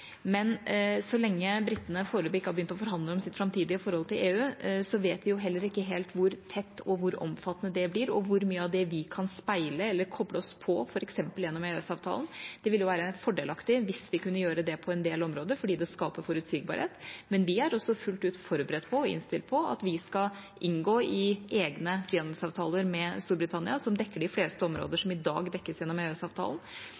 Så lenge britene foreløpig ikke har begynt å forhandle om sitt framtidige forhold til EU, vet vi heller ikke helt hvor tett og hvor omfattende det blir, og hvor mye av det vi kan speile eller koble oss på, f.eks. gjennom EØS-avtalen. Det ville være fordelaktig hvis vi kunne gjøre det på en del områder, fordi det skaper forutsigbarhet. Men vi er også fullt ut forberedt og innstilt på at vi skal inngå i egne frihandelsavtaler med Storbritannia som dekker de fleste områder